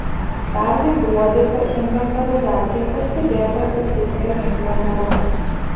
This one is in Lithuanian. pernai gruodį per inventorizaciją pastebėta kad seife ginklo nėra